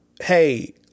hey